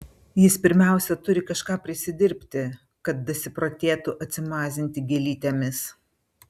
jis pirmiausia turi kažką prisidirbti kad dasiprotėtų atsimazinti gėlytėmis